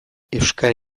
euskara